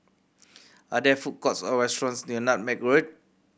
are there food courts or restaurants near Nutmeg Road